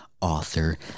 author